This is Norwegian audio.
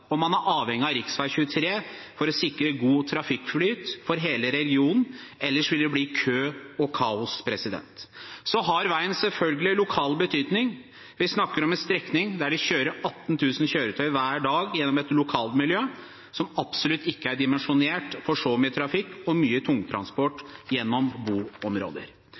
og man er avhengig av rv. 23 for å sikre god trafikkflyt for hele regionen, ellers ville det bli kø og kaos. Veien har selvfølgelig også lokal betydning. Vi snakker om en strekning der det kjører 18 000 kjøretøy hver dag gjennom et lokalmiljø som absolutt ikke er dimensjonert for så mye trafikk og tungtransport gjennom boområder.